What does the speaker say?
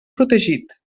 protegit